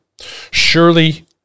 Surely